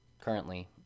currently